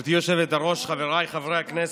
גברתי היושבת-ראש, חבריי חברי הכנסת,